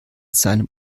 seinem